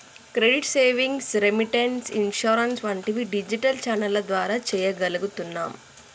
credit, savings, remittance, insurance వంటివి digital ఛానెల్ల ద్వారా చెయ్యగలుగుతున్నాం